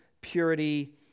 purity